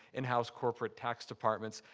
in-house corporate tax departments,